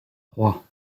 trois